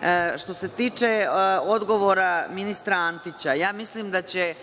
15.Što se tiče odgovora ministra Antića, mislim da će